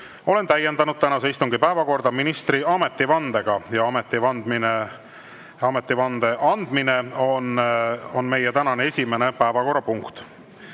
olen täiendanud tänase istungi päevakorda ministri ametivandega ja ametivande andmine on meie tänane esimene päevakorrapunkt.